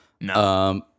No